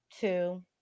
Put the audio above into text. Two